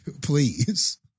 Please